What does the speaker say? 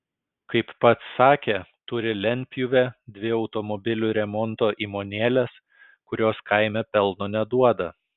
kaip pats sakė turi lentpjūvę dvi automobilių remonto įmonėles kurios kaime pelno neduoda